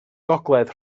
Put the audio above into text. gogledd